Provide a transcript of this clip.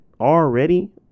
already